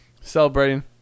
Celebrating